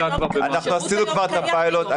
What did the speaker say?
אנחנו עשינו כבר את הפיילוט,